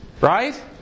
Right